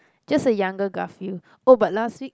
just a younger Garfield oh but last week